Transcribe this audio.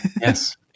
Yes